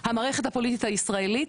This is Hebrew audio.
המערכת הפוליטית הישראלית,